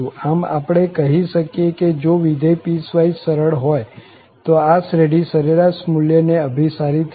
આમ આપણે કહી શકીએ કે જો વિધેય પીસવાઈસ સરળ હોય તો આ શ્રેઢી સરેરાશ મુલ્ય ને અભિસારી થશે